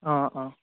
অঁ অঁ